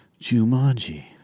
Jumanji